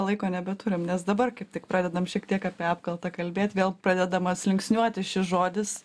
laiko nebeturim nes dabar kaip tik pradedam šiek tiek apie apkaltą kalbėt vėl pradedamas linksniuoti šis žodis